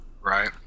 Right